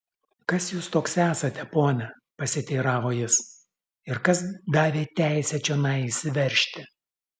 kas jūs toks esate pone pasiteiravo jis ir kas davė teisę čionai įsiveržti